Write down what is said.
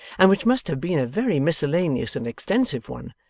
and which must have been a very miscellaneous and extensive one,